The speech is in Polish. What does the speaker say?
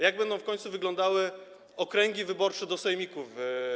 Jak będą w końcu wyglądały okręgi wyborcze do sejmików?